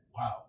Wow